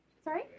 Sorry